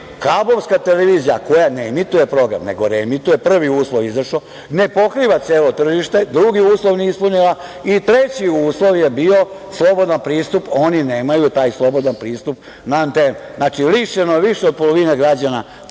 kablovska televizija koja ne emituje program, nego reemituje, prvi uslov je izašao, ne pokriva celo tržište, drugi uslov nije ispunila i treći uslov je bio slobodan pristup. Oni nemaju taj slobodan pristup na antenu. Znači lišeno je više od polovine građana